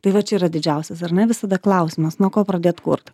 tai va čia yra didžiausias ar ne visada klausimas nuo ko pradėt kurt